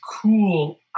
cool